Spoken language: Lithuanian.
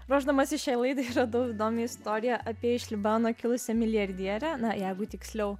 ruošdamasi šiai laidai radau įdomią istoriją apie iš libano kilusią milijardierę na jeigu tiksliau